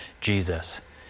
Jesus